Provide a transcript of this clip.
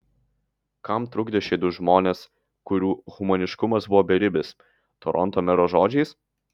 kam trukdė šie du žmonės kurių humaniškumas buvo beribis toronto mero žodžiais